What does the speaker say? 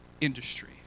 industry